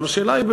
אבל השאלה היא,